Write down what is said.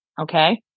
Okay